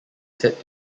said